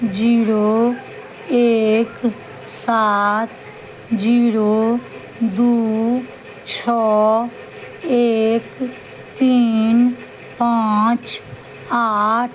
zero एक सात zero दू छओ एक तीन पाँच आठ